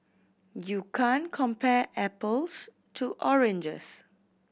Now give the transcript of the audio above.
you can't compare apples to oranges